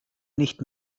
nicht